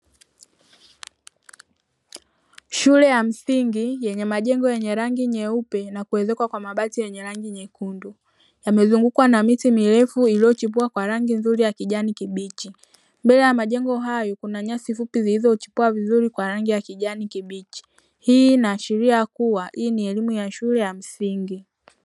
Shule ya msingi yenye majengo yenye rangi nyeupe na kuezekwa kwa mabati yenye rangi nyekundu yamezungukwa na miti mirefu iliyochipua kwa rangi ya kijani kibichi, mbele ya majengo hayo kuna nyasi fupi zilizochipua vizuri kwa rangi ya kijani kibichi hii inaashiria kuwa ni elimu ya shule ya msingi.